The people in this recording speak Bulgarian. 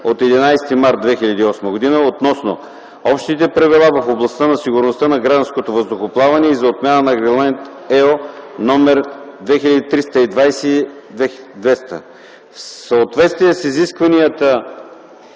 от 11 март 2008 г. относно общите правила в областта на сигурността на гражданското въздухоплаване и за отмяна на Регламент (ЕО) № 2320/200. В съответствие с изискванията